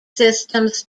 systems